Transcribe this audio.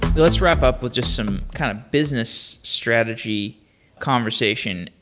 let's wrap up with just some kind of business strategy conversation.